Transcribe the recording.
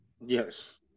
Yes